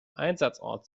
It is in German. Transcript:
einsatzort